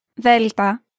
Delta